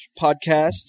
podcasts